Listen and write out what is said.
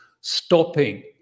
stopping